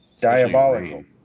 diabolical